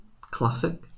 Classic